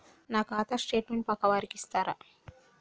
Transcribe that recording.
నా ఖాతా స్టేట్మెంట్ పక్కా వారికి ఇస్తరా?